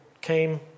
came